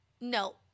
no